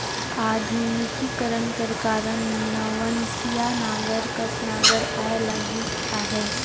आधुनिकीकरन कर कारन नवनसिया नांगर कस नागर आए लगिस अहे